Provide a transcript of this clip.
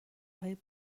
های